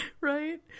right